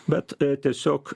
bet tiesiog